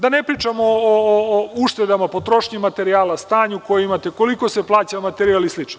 Da ne pričamo o uštedama, potrošnji materijala, stanju koje imate, koliko se plaća materijal i slično.